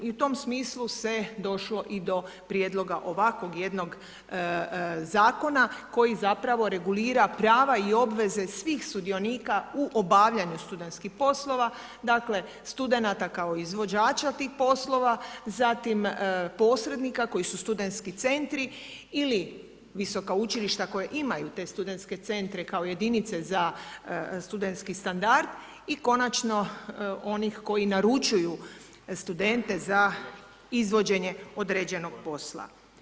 I u tom smislu se došlo i do prijedloga ovakvog jednog zakona koji zapravo regulira prava i obveze svih sudionika u obavljanju studentskih poslova, dakle studenata kao izvođača tih poslova, zatim posrednika koji su studentski centri ili visoka učilišta koja imaju te studentske centre kao jedinice za studentski standard i konačno onih koji naručuju studente za izvođenje određenog posla.